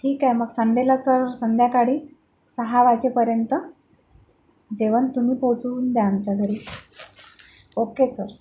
ठीक आहे मग संडेला सर संध्याकाळी सहा वाजेपर्यंत जेवण तुम्ही पोचवून द्या आमच्या घरी ओके सर